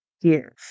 give